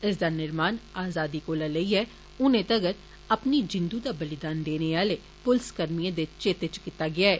इसदा निर्माण आज़ादी कोला लेइयै हुनै तक्कर अपनी जिन्दू दा बलिदान देने आले पूलस कर्मिएं दे चेते च कीता गेआ ऐ